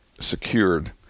secured